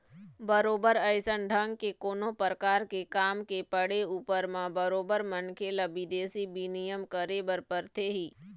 बरोबर अइसन ढंग के कोनो परकार के काम के पड़े ऊपर म बरोबर मनखे ल बिदेशी बिनिमय करे बर परथे ही